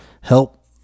Help